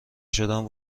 شدن